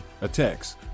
attacks